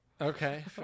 Okay